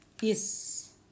Yes